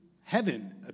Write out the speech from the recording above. heaven